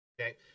Okay